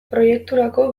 proiekturako